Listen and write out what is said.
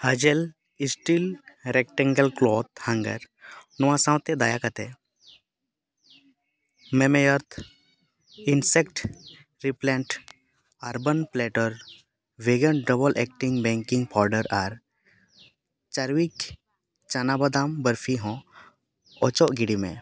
ᱱᱚᱣᱟ ᱥᱟᱶᱛᱮ ᱫᱟᱭᱟ ᱠᱟᱛᱮᱫ ᱟᱨ ᱦᱚᱸ ᱚᱪᱚᱜ ᱜᱤᱰᱤᱭ ᱢᱮ